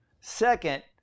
second